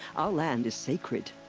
our land is sacred.